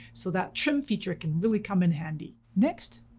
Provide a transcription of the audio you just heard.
so that trim feature can really come in handy. next,